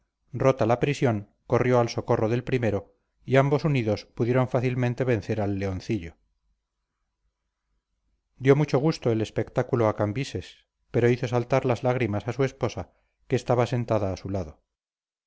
rota la prisión corrió al socorro del primero y ambos unidos pudieron fácilmente vencer al leoncillo dio mucho gusto el espectáculo a cambises pero hizo saltar las lágrimas a su esposa que estaba sentada a su lado